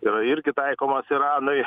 yra irgi taikomos iranui